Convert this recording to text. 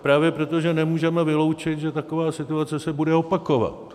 Právě proto, že nemůžeme vyloučit, že taková situace se bude opakovat.